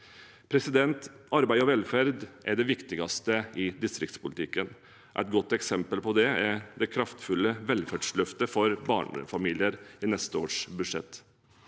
2023. Arbeid og velferd er det viktigste i distriktspolitikken. Et godt eksempel på det er det kraftfulle velferdsløftet for barnefamilier i neste års budsjett.